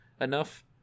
enough